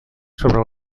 sobre